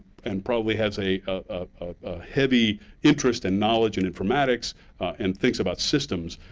and probably has a ah heavy interest in knowledge and informatics and thinks about systems,